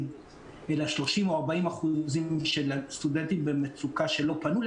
אלא 30% או 40% של סטודנטים במצוקה שלמעשה לא פנו,